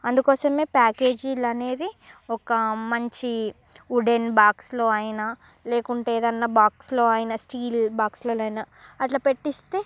అందుకోసమే ప్యాకేజీలు అనేవి ఒక మంచి వుడెన్ బాక్సులో అయిన లేకుంటే ఏదైనా బాక్సులో అయిన స్టీల్ బాక్సులోలైనా అట్లా పెట్టిస్తే